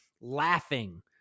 laughing